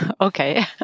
okay